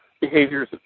behaviors